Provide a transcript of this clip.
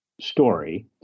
story